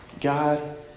God